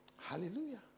Hallelujah